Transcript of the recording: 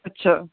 ਅੱਛਾ